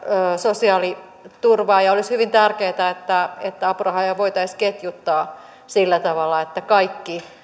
sosiaaliturvaa ja olisi hyvin tärkeätä että että apurahoja voitaisiin ketjuttaa sillä tavalla että kaikki